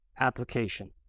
Application